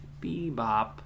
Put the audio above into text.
Bebop